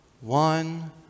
one